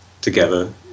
together